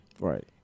Right